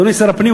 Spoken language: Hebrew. אדוני שר הפנים,